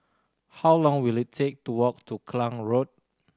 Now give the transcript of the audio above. how long will it take to walk to Klang Road